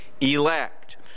elect